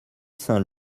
saint